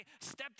stepped